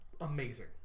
amazing